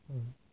mm